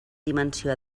dimensió